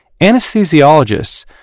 anesthesiologists